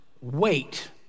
wait